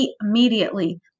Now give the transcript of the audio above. immediately